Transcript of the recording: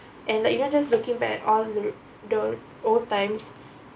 and like you know just looking back all the old times